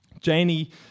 Janie